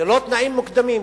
ללא תנאים מוקדמים.